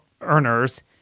earners